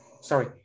sorry